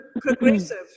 progressive